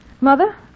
Mother